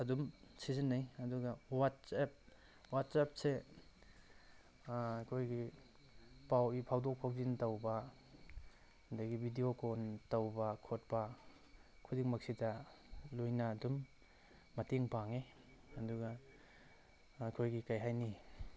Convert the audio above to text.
ꯑꯗꯨꯝ ꯁꯤꯖꯤꯟꯅꯩ ꯑꯗꯨꯒ ꯋꯥꯠꯆꯦꯞ ꯋꯥꯠꯆꯦꯞꯁꯦ ꯑꯩꯈꯣꯏꯒꯤ ꯄꯥꯎ ꯏ ꯐꯥꯎꯗꯣꯛ ꯐꯥꯎꯖꯤꯟ ꯇꯧꯕ ꯑꯗꯒꯤ ꯚꯤꯗꯤꯌꯣ ꯀꯣꯟ ꯇꯧꯕ ꯈꯣꯠꯄ ꯈꯨꯗꯤꯡꯃꯛꯁꯤꯗ ꯂꯣꯏꯅ ꯑꯗꯨꯝ ꯃꯇꯦꯡ ꯄꯥꯡꯏ ꯑꯗꯨꯒ ꯑꯩꯈꯣꯏꯒꯤ ꯀꯩ ꯍꯥꯏꯅꯤ